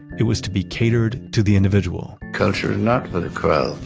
it was to be catered to the individual culture is not for the crowd.